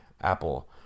Apple